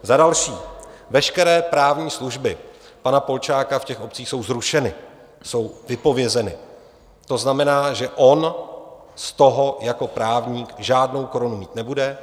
Za další: veškeré právní služby pana Polčáka v těch obcích jsou zrušeny, jsou vypovězeny, to znamená, že on z toho jako právník žádnou korunu mít nebude.